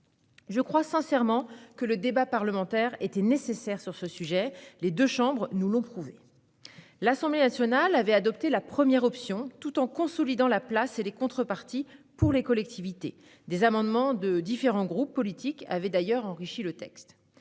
Je crois sincèrement que le débat parlementaire était nécessaire sur le sujet ; les deux chambres nous l'ont prouvé. L'Assemblée nationale avait choisi la première option tout en consolidant la place et les contreparties pour les collectivités. Des amendements de différents groupes politiques avaient d'ailleurs enrichi le texte.